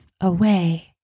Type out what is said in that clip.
away